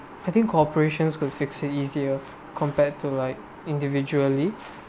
I think cooperations could fix it easier compared to like individually